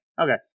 Okay